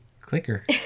clicker